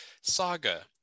Saga